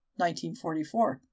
1944